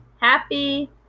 happy